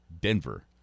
Denver